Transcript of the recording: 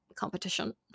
competition